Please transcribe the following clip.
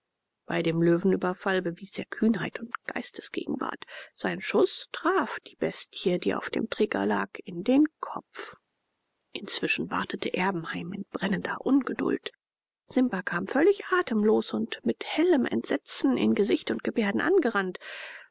bei dem löwenüberfall bewies er kühnheit und geistesgegenwart sein schuß traf die bestie die auf dem träger lag in den kopf inzwischen wartete erbenheim in brennender ungeduld simba kam völlig atemlos und mit hellem entsetzen in gesicht und gebärden angerannt